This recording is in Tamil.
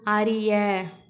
அறிய